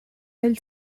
del